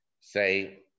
Say